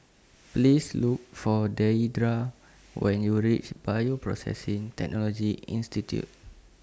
Please Look For Deidra when YOU REACH Bioprocessing Technology Institute